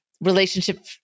relationship